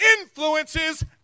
influences